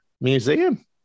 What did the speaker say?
museum